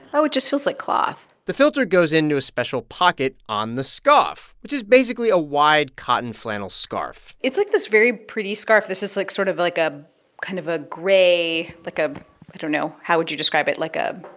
oh, it just feels like cloth the filter goes into a special pocket on the scough, which is basically a wide cotton flannel scarf it's, like, this very pretty scarf. this is, like, sort of like a kind of a gray like a i don't know. how would you describe it? like, a.